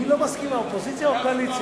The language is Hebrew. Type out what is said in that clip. מי לא מסכים, האופוזיציה או הקואליציה?